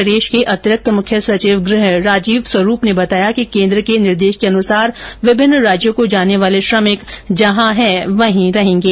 प्रदेश के अतिरिक्त मुख्य सचिव गृह राजीव स्वरूप ने बताया कि केन्द्र के निर्देशानुसार विभिन्न राज्यों को जाने वाले श्रमिक जहां है वहीं रेहेंगे